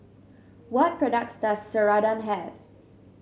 what products does Ceradan have